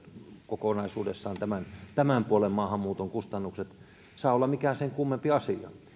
kokonaisuudessaan tämän tämän puolen maahanmuuton kustannukset saa olla mikään sen kummempi asia